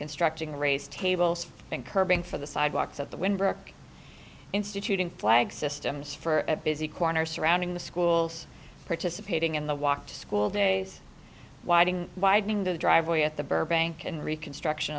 constructing raise tables and curbing for the sidewalks at the wynn brook instituting flag systems for a busy corner surrounding the schools participating in the walk to school days widening widening the driveway at the burbank and reconstruction